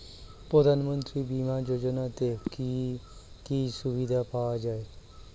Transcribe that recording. প্রধানমন্ত্রী বিমা যোজনাতে কি কি সুবিধা পাওয়া যায়?